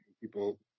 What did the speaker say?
People